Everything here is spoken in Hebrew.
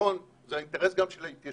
נכון זה האינטרס גם של ההתיישבות,